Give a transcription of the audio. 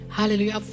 Hallelujah